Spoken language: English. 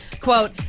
Quote